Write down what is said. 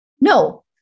No